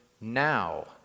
now